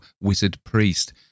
wizard-priest